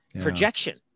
projection